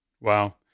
Wow